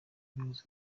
umuyobozi